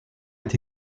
est